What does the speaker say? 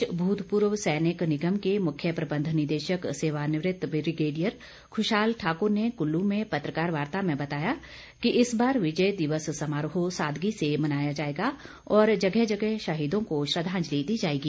प्रदेश भूतपूर्व सैनिक निगम के मुख्य प्रबंध निदेशक सेवानिवृत ब्रिगेडियर खुशाल ठाकुर ने कुल्लू में पत्रकार वार्ता में बताया कि इस बार विजय दिवस समारोह सादगी से मनाया जाएगा और जगह जगह शहीदों को श्रद्वांजलि दी जाएगी